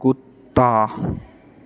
कुत्ता